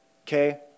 okay